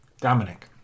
Dominic